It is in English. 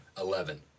Eleven